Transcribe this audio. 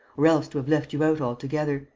or else to have left you out altogether,